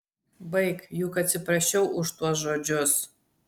baik juk atsiprašiau už tuos žodžius